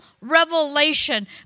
revelation